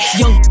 young